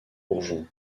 bourgeons